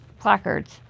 placards